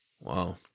Wow